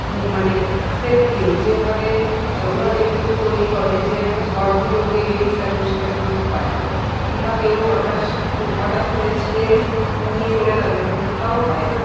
মানে সেফ্টিও যেভাবে ওরা যেভাবে তৈরি করে যে একটা ঝড় দিিল উড়ে বেরিয়ে গেলো সেটা কিন্তু হয় না কিংবা কেউ হঠাশ হঠাৎ করে ছিঁড়ে নিয়ে চলে গেলো এরকমটাও হয় না